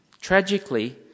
Tragically